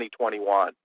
2021